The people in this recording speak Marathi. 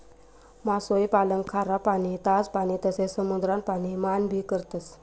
मासोई पालन खारा पाणी, ताज पाणी तसे समुद्रान पाणी मान भी करतस